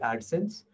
AdSense